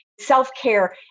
self-care